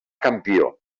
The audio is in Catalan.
campió